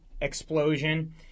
explosion